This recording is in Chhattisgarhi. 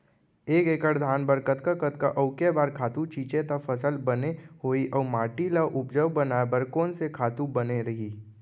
एक एक्कड़ धान बर कतका कतका अऊ के बार खातू छिंचे त फसल बने होही अऊ माटी ल उपजाऊ बनाए बर कोन से खातू बने रही?